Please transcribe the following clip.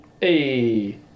Hey